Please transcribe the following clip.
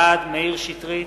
בעד מאיר שטרית,